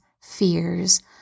fears